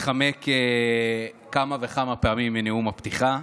להתחמק כמה וכמה פעמים מנאום הפתיחה.